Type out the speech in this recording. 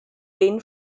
lane